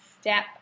step